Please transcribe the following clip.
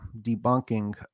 debunking